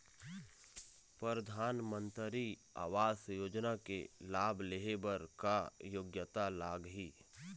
परधानमंतरी आवास योजना के लाभ ले हे बर का योग्यता लाग ही?